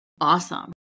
awesome